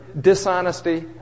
Dishonesty